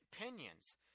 opinions